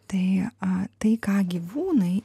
tai a tai ką gyvūnai